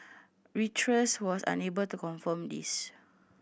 reuters was unable to confirm this